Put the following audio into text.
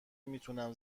میتونم